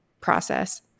process